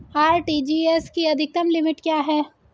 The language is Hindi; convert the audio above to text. आर.टी.जी.एस की अधिकतम लिमिट क्या है?